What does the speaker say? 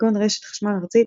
כגון רשת חשמל ארצית,